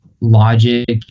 logic